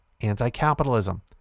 anti-capitalism